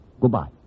Goodbye